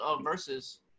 Versus